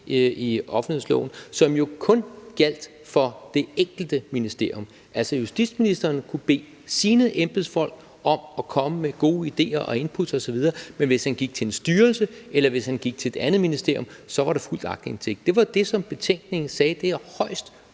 i offentlighedsloven, som jo kun gjaldt for det enkelte ministerium. Altså, justitsministeren kunne bede sine embedsfolk om at komme med gode ideer og input osv., men hvis han gik til en styrelse, eller hvis han gik til et andet ministerium, var der fuld aktindsigt. Det var det, som betænkningen sagde var højst